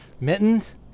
mittens